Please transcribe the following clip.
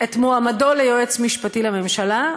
את מועמדו ליועץ המשפטי לממשלה,